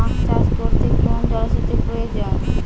আখ চাষ করতে কেমন জলসেচের প্রয়োজন?